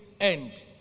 end